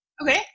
okay